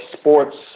sports